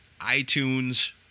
iTunes